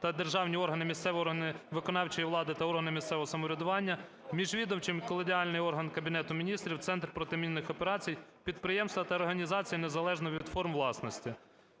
та державні органи, місцеві органи виконавчої влади та органи місцевого самоврядування, міжвідомчий колегіальний орган Кабінету Міністрів, Центр протимінних операцій, підприємства та організації незалежно від форм власності".